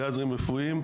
גזים רפואיים.